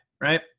right